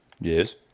Yes